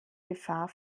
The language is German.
gefahr